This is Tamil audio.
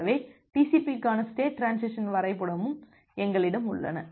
எனவே TCP க்கான ஸ்டேட் டிரான்சிசன் வரைபடமும் எங்களிடம் உள்ளது